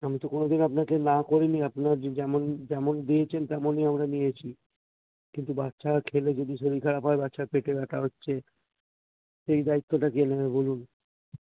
আমি তো কোনো দিন আপনাকে না করি নি আপনার যে যেমন যেমন দিয়েছেন তেমনই আমরা নিয়েছি কিন্তু বাচ্চা খেলে যদি শরীর খারাপ হয় বাচ্চার পেটে ব্যথা হচ্চে সেই দায়িত্বটা কে নেবে বলুন